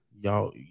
y'all